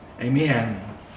Amen